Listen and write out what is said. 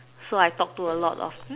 so I talk to a lot of hmm